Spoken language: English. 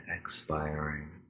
expiring